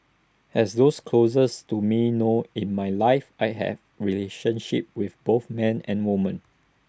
as those closest to me know in my life I have relationships with both men and woman